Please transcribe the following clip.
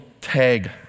tag